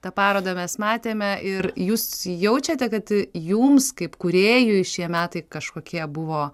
tą parodą mes matėme ir jūs jaučiate kad jums kaip kūrėjui šie metai kažkokie buvo